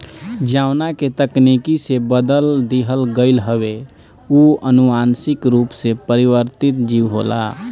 जवना के तकनीकी से बदल दिहल गईल हवे उ अनुवांशिक रूप से परिवर्तित जीव होला